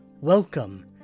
Welcome